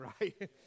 right